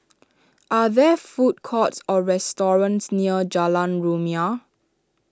are there food courts or restaurants near Jalan Rumia